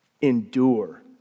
endure